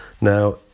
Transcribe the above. Now